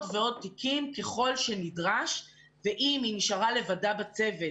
ועוד תיקים ככל שנדרש ואם היא נשארה לבדה בצוות,